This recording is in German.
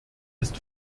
ist